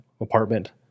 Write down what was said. apartment